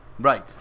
Right